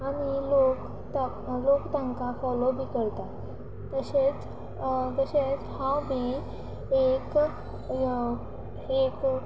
आनी लोक लोक तांकां फोलो बी करता तशेंच तशेंच हांव बी एक एक